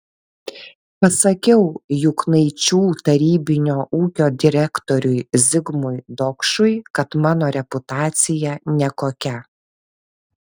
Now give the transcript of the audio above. pasakiau juknaičių tarybinio ūkio direktoriui zigmui dokšui kad mano reputacija nekokia